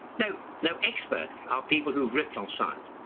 no, no, experts are people who've ripped on science.